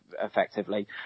effectively